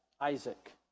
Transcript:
Isaac